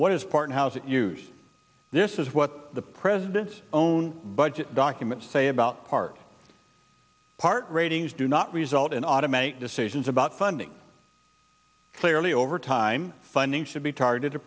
what is part how is it used this is what the president's own budget documents say about part part ratings do not result in automatic decisions about funding clearly overtime funding should be targeted to